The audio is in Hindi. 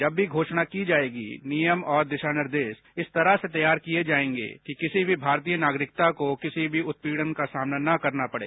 जब भी घोषणा की जायेगी नियम और दिशानिर्देश इस तरह से तैयार किए जाएगे कि किसी भी भारतीय नागरिकता को किसी भी उत्पीड़न का सामना न करना पड़े